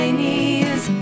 knees